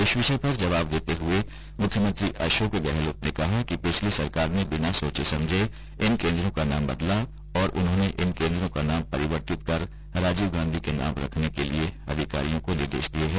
इस विषय पर जवाब देते हुए मुख्यमंत्री अशोक गहलोत ने कहा कि पिछली सरकार ने बिना सोचे समझे इन केन्द्रों का नाम बदला है और उन्होंने इन केन्द्रों का नाम परिवर्तित कर राजीव गांधी के नाम पर रखने के लिए अधिकारियों को निर्देश दिए हैं